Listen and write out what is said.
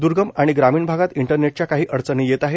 दर्गम आणि ग्रामीण भागात इंटरनेटच्या काही अडचणी येत आहेत